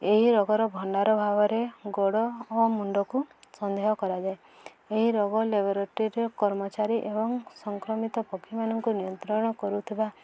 ଏହି ରୋଗର ଭଣ୍ଡାର ଭାବରେ ଗୋଡ଼ ଓ ମୁଣ୍ଡକୁ ସନ୍ଦେହ କରାଯାଏ ଏହି ରୋଗ ଲେବରେଟୋରୀରେ କର୍ମଚାରୀ ଏବଂ ସଂକ୍ରମିତ ପକ୍ଷୀମାନଙ୍କୁ ନିୟନ୍ତ୍ରଣ କରୁଥିବା